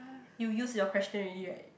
you use your question already right